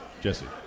Jesse